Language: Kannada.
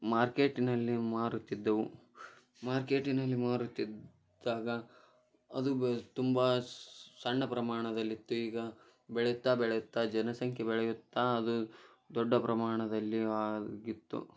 ಮಾರ್ಕೇಟ್ಟಿನಲ್ಲಿ ಮಾರುತ್ತಿದ್ದೆವು ಮಾರ್ಕೇಟಿನಲ್ಲಿ ಮಾರುತ್ತಿದ್ದಾಗ ಅದು ಬ ತುಂಬಾ ಸಣ್ಣ ಪ್ರಮಾಣದಲ್ಲಿತ್ತು ಈಗ ಬೆಳೆಯ್ತ್ತಾ ಬೆಳೆಯುತ್ತಾ ಜನಸಂಖ್ಯೆ ಬೆಳೆಯುತ್ತಾ ಅದು ದೊಡ್ಡ ಪ್ರಮಾಣದಲ್ಲಿಯು ಆಗಿತ್ತು